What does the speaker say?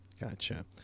Gotcha